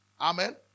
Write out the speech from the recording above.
Amen